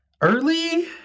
early